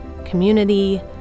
community